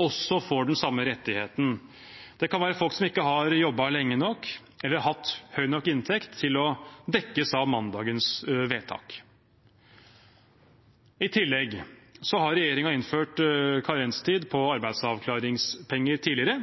også får den samme rettigheten. Det kan være folk som ikke har jobbet lenge nok eller hatt høy nok inntekt til å dekkes av mandagens vedtak. I tillegg har regjeringen innført karenstid på arbeidsavklaringspenger tidligere.